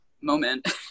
moment